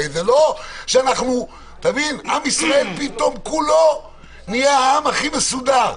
זה לא שעם ישראל פתאום כולו נהיה העם הכי מסודר,